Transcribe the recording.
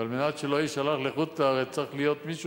ועל מנת שלא יישלח לחוץ-לארץ צריך להיות מישהו